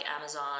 Amazon